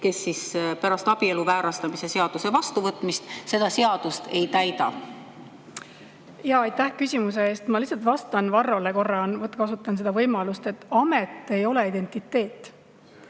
kus pärast abielu väärastamise seaduse vastuvõtmist seda seadust ei täideta? Aitäh küsimuse eest! Ma lihtsalt vastan Varrole, kasutan seda võimalust: amet ei ole identiteet.